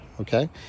Okay